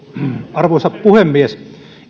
arvoisa puhemies